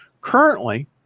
Currently